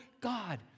God